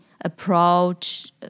approach